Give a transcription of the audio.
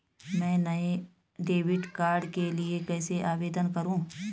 मैं नए debit card के लिए कैसे आवेदन करूं?